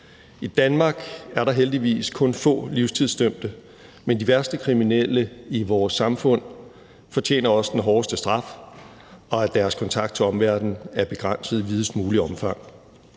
I Danmark er der heldigvis kun få livstidsdømte, men de værste kriminelle i vores samfund fortjener også den hårdeste straf, og at deres kontakt til omverdenen er begrænset i videst muligt omfang.